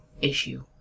issue